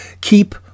keep